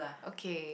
okay